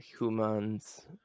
humans